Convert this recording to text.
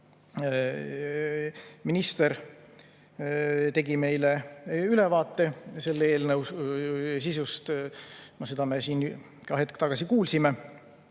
Minister tegi meile ülevaate eelnõu sisust. Seda me siin ka hetk tagasi kuulsime.